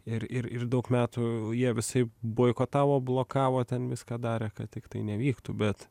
ir ir ir daug metų jie visaip boikotavo blokavo ten viską darė kad tiktai nevyktų bet